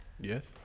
Yes